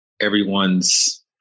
everyone's